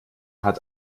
hat